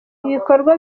ibikorwa